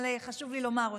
אבל חשוב לי לומר אותם.